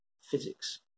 physics